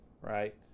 right